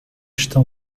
estão